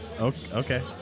Okay